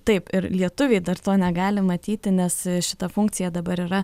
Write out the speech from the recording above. taip ir lietuviai dar to negali matyti nes šita funkcija dabar yra